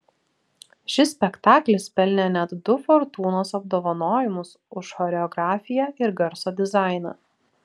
šis spektaklis pelnė net du fortūnos apdovanojimus už choreografiją ir garso dizainą